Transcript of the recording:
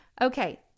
Okay